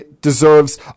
deserves